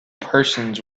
persons